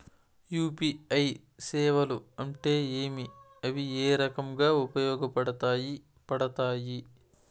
UPI సేవలు అంటే ఏమి, అవి ఏ రకంగా ఉపయోగపడతాయి పడతాయి?